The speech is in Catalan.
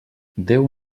déu